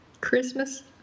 Christmas